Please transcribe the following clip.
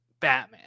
Batman